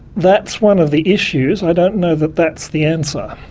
that's one of the issues. i don't know that that's the answer.